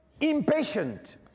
Impatient